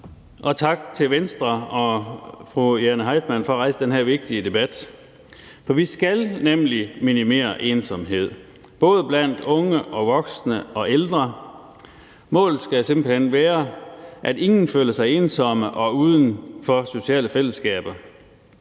og tak til Venstre og fru Jane Heitmann for at rejse den her vigtige debat. For vi skal nemlig minimere ensomhed, både blandt unge og voksne og ældre. Målet skal simpelt hen være, at ingen føler sig ensomme og uden for sociale fællesskaber.